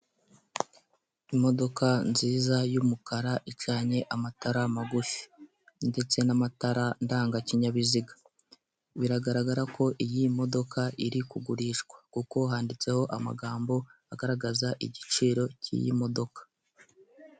Imodoka nziza y'umukara icanye amatara magufi ndetse n'amatara ndangakinyabiziga, biragaragara ko iyi modoka iri kugurishwa kuko handitseho amagambo agaragaza igiciro cy'iyi modoka.